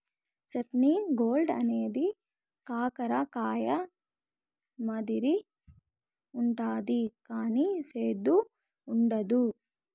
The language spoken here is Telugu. స్పైనీ గోర్డ్ అనేది కాకర కాయ మాదిరి ఉంటది కానీ సేదు ఉండదు